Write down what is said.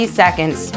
seconds